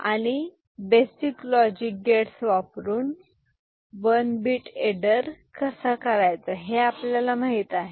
आणि basic logic gates वापरून one bit adder कसा करायचा हे आपल्याला माहित आहे